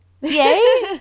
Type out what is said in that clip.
Yay